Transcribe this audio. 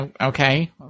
okay